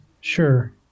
Sure